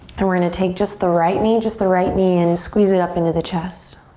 and we're gonna take just the right knee, just the right knee in, squeeze it up into the chest.